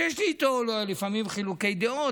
שיש לי איתו לפעמים חילוקי דעות,